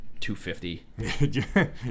250